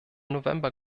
november